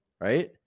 right